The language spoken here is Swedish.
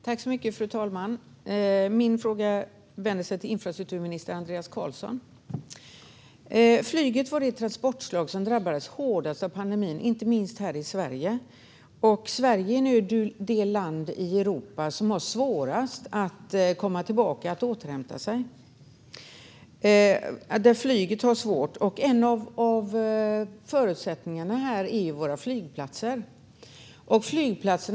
Fru talman! Min fråga går till infrastrukturminister Andreas Carlson. Flyget var det transportslag som drabbades hårdast av pandemin, inte minst här i Sverige. Vi är nu det land i Europa där flyget har svårast att återhämta sig. En av förutsättningarna för flyget är våra flygplatser.